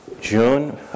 June